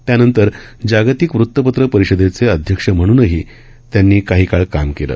त्यानंतर जागतिक वृत्तपत्र परीषदेचे अध्यक्ष म्हणूनही त्यांनी काही काळ काम केलं